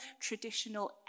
traditional